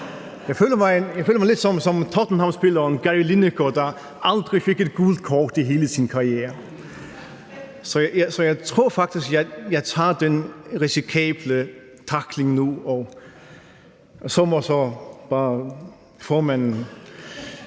Jeg føler mig lidt som Tottenhamspilleren Gary Lineker, der aldrig fik et gult kort igennem hele sin karriere, så jeg tror faktisk, at jeg vil lave den risikable tackling nu, og så må formanden